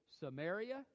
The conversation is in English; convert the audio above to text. Samaria